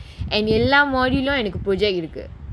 எல்லா:ellaa module உம் எனக்கு:um enakku project இருக்கு:irukku